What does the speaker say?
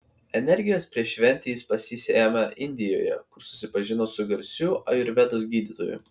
energijos prieš šventę jis pasisėmė indijoje kur susipažino su garsiu ajurvedos gydytoju